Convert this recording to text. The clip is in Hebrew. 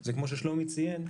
זה כמו ששלומי ציין,